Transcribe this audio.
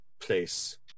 place